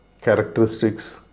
characteristics